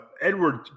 Edward